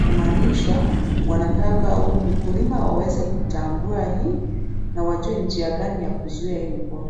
Kumaanisha wanataka huyu mkulima aweze kutambua hii na wajue ni njia gani ya kuzuia hii ugonjwa.